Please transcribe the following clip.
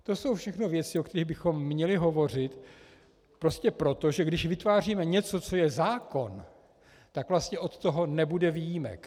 To jsou všechno věci, o kterých bychom měli hovořit prostě proto, že když vytváříme něco, co je zákon, tak vlastně od toho nebude výjimek.